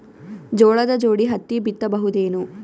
ಜೋಳದ ಜೋಡಿ ಹತ್ತಿ ಬಿತ್ತ ಬಹುದೇನು?